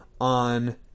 on